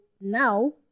now